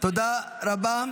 תודה רבה.